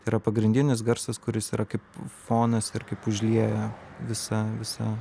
yra pagrindinis garsas kuris yra kaip fonas ir kaip užlieja visą visą